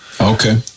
Okay